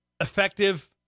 effective